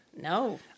No